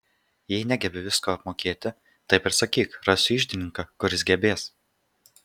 jei negebi visko apmokėti taip ir sakyk rasiu iždininką kuris gebės